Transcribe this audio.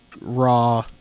raw